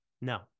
no